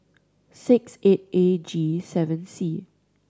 six eight A G seven C